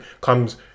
comes